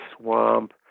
swamp